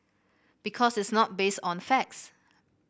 because it's not based on the facts